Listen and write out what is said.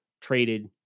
traded